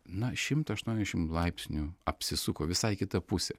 na šimtą ašuoniasdešim laipsnių apsisuko visai į kitą pusę